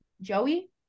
joey